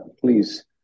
please